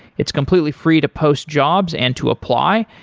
it's completely free to post jobs and to apply,